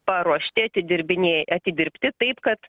paruošti atidirbinė atidirbti taip kad